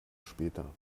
später